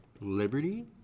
Liberty